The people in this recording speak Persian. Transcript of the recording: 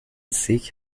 سیک